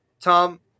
Tom